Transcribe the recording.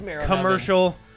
commercial